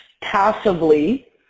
passively